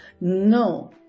no